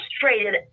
Frustrated